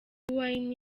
wine